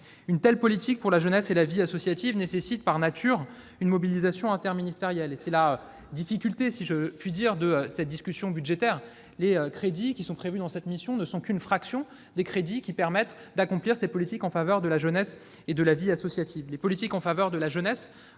Une telle politique pour la jeunesse et la vie associative nécessite, par nature, une mobilisation interministérielle. Là est la difficulté, si je puis dire, de cette discussion budgétaire : les crédits prévus dans cette mission ne constituent qu'une fraction des moyens qui permettent de mettre en oeuvre la politique en faveur de la jeunesse et de la vie associative.